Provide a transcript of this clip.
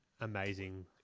amazing